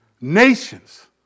Nations